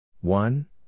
One